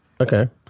Okay